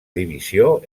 divisió